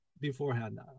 beforehand